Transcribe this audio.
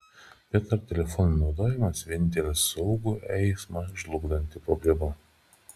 bet ar telefono naudojimas vienintelė saugų eismą žlugdanti problema